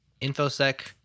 InfoSec